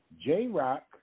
J-Rock